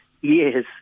yes